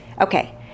Okay